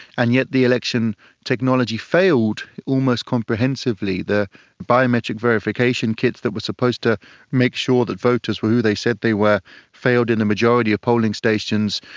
and yet the election technology failed almost comprehensively. the biometric verification kits that were supposed to make sure that voters were who they said they were failed in the majority of polling stations.